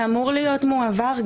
זה אמור להיות מועבר.